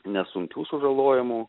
nesunkių sužalojimų